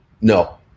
No